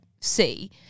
see